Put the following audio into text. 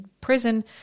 prison